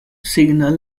signal